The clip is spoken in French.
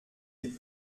des